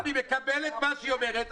הפוך אני מקבל את מה שהיא אומרת.